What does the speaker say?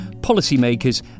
policymakers